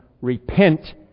Repent